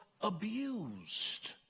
abused